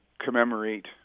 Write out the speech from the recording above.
commemorate